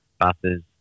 buses